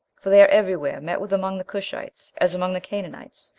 for they are everywhere met with among the cushites, as among the canaanites,